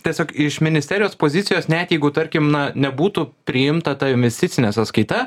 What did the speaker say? tiesiog iš ministerijos pozicijos net jeigu tarkim na nebūtų priimta ta investicinė sąskaita